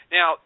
Now